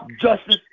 justice